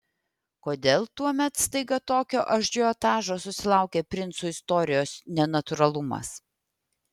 kodėl tuomet staiga tokio ažiotažo susilaukė princų istorijos nenatūralumas